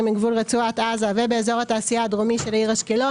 מגבול רצועת עזה ובאזור התעשייה הדרומי של העיר אשקלון,